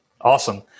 Awesome